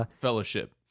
Fellowship